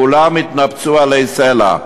כולן התנפצו אלי סלע.